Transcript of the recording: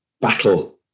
battle